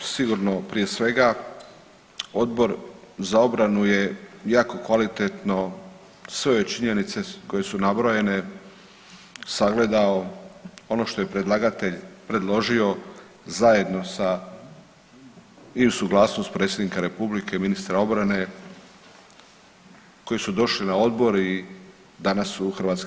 Sigurno, prije svega, Odbor za obranu je jako kvalitetno sve činjenice koje su nabrojene sagledao, ono što je predlagatelj predložio zajedno sa i u suglasnost predsjednika republike, ministra obrane, koji su došli na odbor i danas u HS.